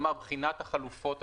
כלומר בחינת החלופות השונות.